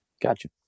Gotcha